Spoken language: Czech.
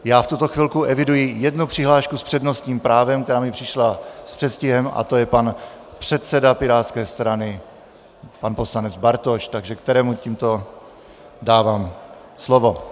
V tuto chvilku eviduji jednu přihlášku s přednostním právem, která mi přišla s předstihem, a to je pan předseda pirátské strany pan poslanec Bartoš, kterému tímto dávám slovo.